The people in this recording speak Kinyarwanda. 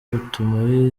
butuma